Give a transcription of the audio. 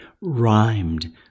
rhymed